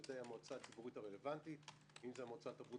על-ידי המועצה הציבורית הרלוונטית - אם זה המועצה לתרבות